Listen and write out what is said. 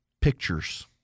pictures